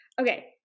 Okay